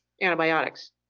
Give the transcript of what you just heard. antibiotics